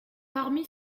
parmi